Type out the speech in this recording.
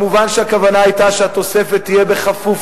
מובן שהכוונה היתה שהתוספת תהיה בכפוף